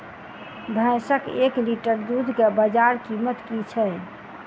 भैंसक एक लीटर दुध केँ बजार कीमत की छै?